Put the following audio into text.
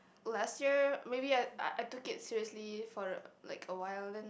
last year maybe I I I took it seriously for like a while then